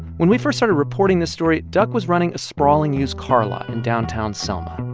when we first started reporting this story, duck was running a sprawling used-car lot in downtown selma.